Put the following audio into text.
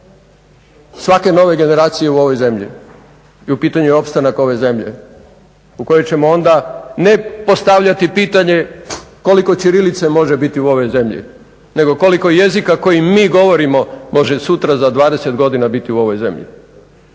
svake nove generacije u ovoj zemlji i u pitanju je opstanak ove zemlje u kojoj ćemo onda ne postavljati pitanje koliko ćirilice može biti u ovoj zemlji nego koliko jezika koji mi govorimo može sutra, za 20 godina biti u ovoj zemlji.